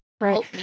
Right